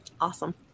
Awesome